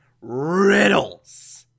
Riddles